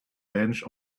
bench